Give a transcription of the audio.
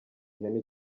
ihene